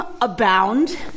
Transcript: abound